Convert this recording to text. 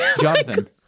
Jonathan